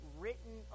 written